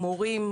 מורים,